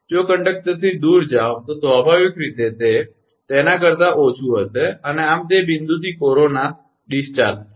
જો કંડક્ટરથી દૂર જાઓ તો સ્વાભાવિક રીતે તે તેના કરતા ઓછું હશે અને આમ તે બિંદુએ કોરોના સ્ત્રાવ થશે